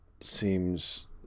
seems